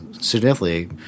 significantly